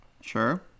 Sure